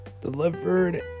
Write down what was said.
delivered